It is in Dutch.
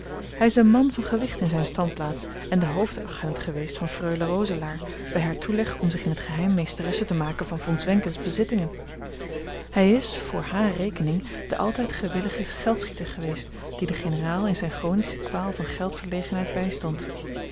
hij is een man van gewicht in zijne standplaats en de hoofdagent geweest van freule roselaer bij haar toeleg om zich in t geheim meesteresse te maken van von zwenkens bezittingen hij is voor hare rekening de altijd gewillige geldschieter geweest die den generaal in zijne chronische kwaal van geldverlegenheid bijstond